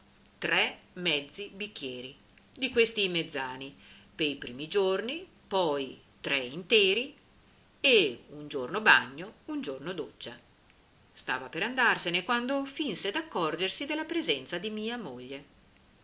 tre mezzi bicchieri di questi mezzani pei primi giorni poi tre interi e un giorno bagno un giorno doccia stava per andarsene quando finse d'accorgersi della presenza di mia moglie